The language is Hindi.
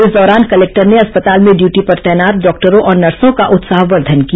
इस दौरान कलेक्टर ने अस्पताल में ड्यूटी पर तैनात डॉक्टरों और नर्सों का उत्साहवर्द्वन किया